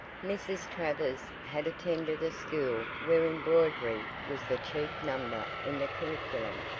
mrs. travers had attended a school where embroidery was the chief number in the curriculum,